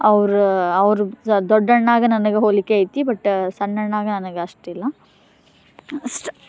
ಅವ್ರು ಅವ್ರು ಸಹ ದೊಡ್ಡ ಅಣ್ಣಾಗ ನನ್ಗೆ ಹೋಲಿಕೆ ಐತಿ ಬಟ್ ಸಣ್ಣ ಅಣ್ಣಾಗ ನನ್ಗೆ ಅಷ್ಟು ಇಲ್ಲ ಅಷ್ಟು